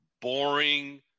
boring